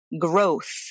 growth